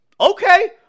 Okay